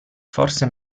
forse